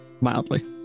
Mildly